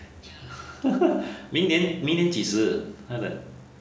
明年明年几时她的